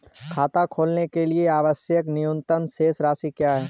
खाता खोलने के लिए आवश्यक न्यूनतम शेष राशि क्या है?